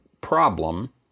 problem